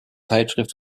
zeitschrift